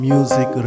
Music